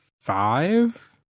five